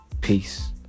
Peace